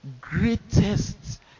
greatest